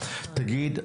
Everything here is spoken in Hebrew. תגיד,